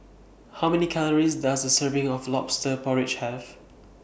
How Many Calories Does A Serving of Lobster Porridge Have